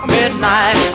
midnight